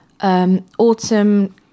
Autumn